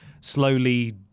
slowly